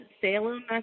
Salem